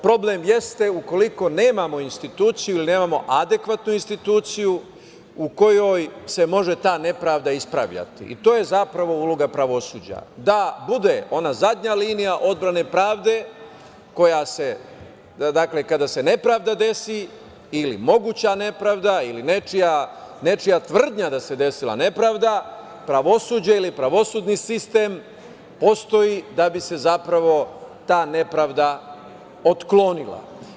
Problem jeste ukoliko nemamo instituciju ili nemamo adekvatnu instituciju u kojoj se može ta nepravda ispravljati i to je zapravo uloga pravosuđa, da bude ona zadnja linija odbrane pravde, kada se nepravda desi ili moguća nepravda ili nečija tvrdnja da se desila nepravda, pravosuđe ili pravosudni sistem postoji da bi se zapravo ta nepravda otklonila.